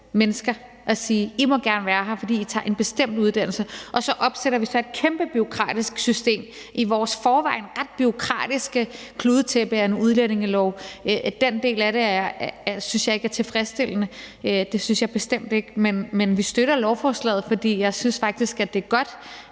mennesker og sige: I må gerne være her, fordi I tager en bestemt uddannelse. Og så opsætter vi så et kæmpe bureaukratisk system i vores i forvejen ret bureaukratiske kludetæppe af en udlændingelov. Den del af det synes jeg ikke er tilfredsstillende, det synes jeg bestemt ikke. Men vi støtter lovforslaget, for jeg synes faktisk, det er godt,